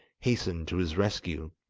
hastened to his rescue.